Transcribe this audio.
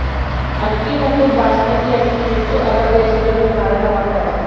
ಅಕ್ಕಿ ಮತ್ತು ಬಾಸ್ಮತಿ ಅಕ್ಕಿ ಹೆಚ್ಚು ಅರಬ್ ದೇಶಗಳಿಗೆ ಮಾರಾಟವಾಗ್ತಾವ